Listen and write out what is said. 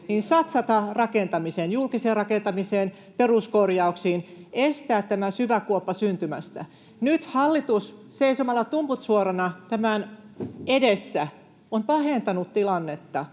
rakentamiseen, julkiseen rakentamiseen, peruskorjauksiin, estää tätä syvää kuoppaa syntymästä. Nyt hallitus seisomalla tumput suorana tämän edessä on pahentanut tilannetta,